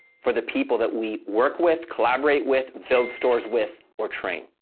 for the people that we work with, collaborate with, build stores with, or train.